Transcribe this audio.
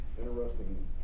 interesting